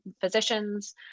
physicians